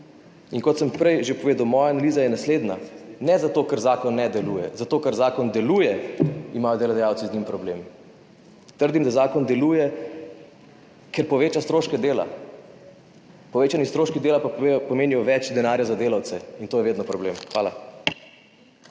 Kot sem prej že povedal, moja analiza je naslednja, ne zato, ker zakon ne deluje, zato ker zakon deluje, imajo delodajalci z njim problem. Trdim, da zakon deluje, ker poveča stroške dela. Povečani stroški dela pomenijo več denarja za delavce, in to je vedno problem. Hvala.